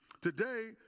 Today